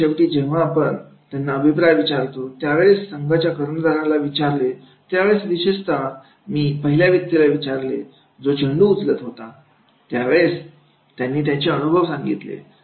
खेळाच्या शेवटी जेव्हा आपण त्यांना अभिप्राय विचारले त्या वेळेस संघाच्या कर्णधाराला विचारले त्या वेळेस विशेषता मी पहिल्या व्यक्तीला विचारले जो चेंडू उचलत होता त्यावेळेस त्यांनी त्यांचे अनुभव सांगितले